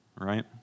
right